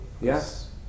Yes